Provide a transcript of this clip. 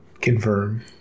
confirm